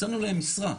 הצענו להם משרה.